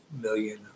million